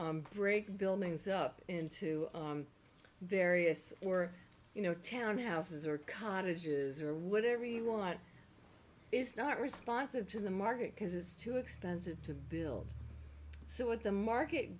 do break buildings up into there ius or you know townhouses or cottages or whatever you want it's not responsive to the market because it's too expensive to build so what the market